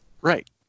Right